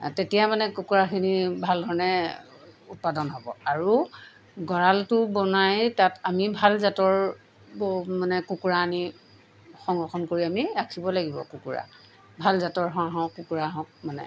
তেতিয়া মানে কুকুৰাখিনি ভাল ধৰণে উৎপাদন হ'ব আৰু গঁড়ালটো বনাই তাত আমি ভাল জাতৰ ব মানে কুকুৰা আনি সংৰক্ষণ কৰি আমি ৰাখিব লাগিব কুকুৰা ভাল জাতৰ হাঁহ হওক কুকুৰা হওক মানে